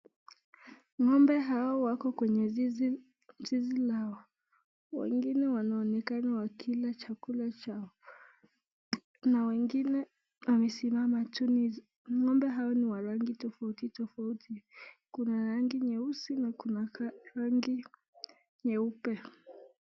Ngombe hawa wako kwenye zizi lao wengine wanaonekana wakiila chakula chao na wengine wamesimama tu ng'ombe hao ni ya rangi tafauti tafauti Kuna rangi nyeuzi na rangi nyeupe.